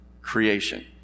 creation